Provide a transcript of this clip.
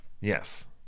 Yes